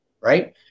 right